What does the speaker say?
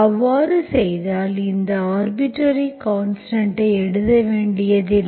அவ்வாறு செய்தால் இந்த ஆர்பிட்டர்ரி கான்ஸ்டன்ட்ஐ எழுத வேண்டியதில்லை